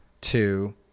Two